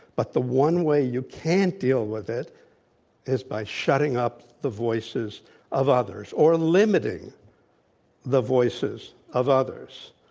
but the one way you can't deal with it is by shutting up the voices of others or limiting the voices of others,